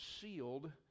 sealed